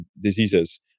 diseases